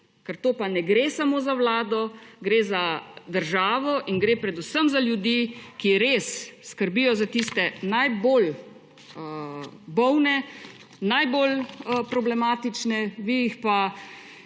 tu pa ne gre samo za Vlado, gre za državo in gre predvsem za ljudi, ki res skrbijo za tiste najbolj bolne, najbolj problematične, vi jih pa celo